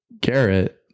Garrett